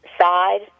side